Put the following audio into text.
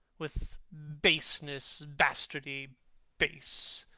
with baseness? bastardy? base,